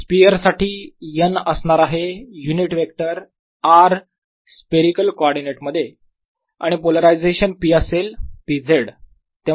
sphere साठी n असणार आहे unit vector r spherical coordinate मध्ये आणि पोलरायझेशन p असेल p z